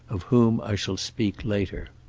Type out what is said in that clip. of whom i shall speak later.